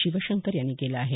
शिवशंकर यांनी केलं आहे